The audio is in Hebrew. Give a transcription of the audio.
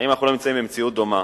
האם אנחנו לא נמצאים במציאות דומה,